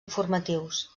informatius